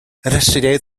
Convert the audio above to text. расширяют